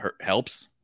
helps